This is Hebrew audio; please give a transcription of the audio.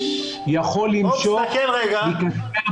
רגע,